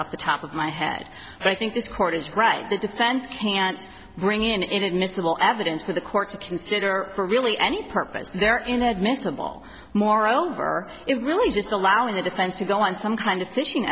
off the top of my head i think this court is right the defense can't bring in inadmissible evidence for the court to consider for really any purpose there inadmissible moreover it really just allowing the defense to go on some kind of fishing